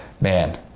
Man